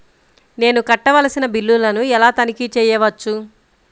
నేను కట్టవలసిన బిల్లులను ఎలా తనిఖీ చెయ్యవచ్చు?